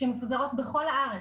שמפוזרות בכל הארץ.